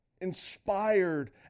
inspired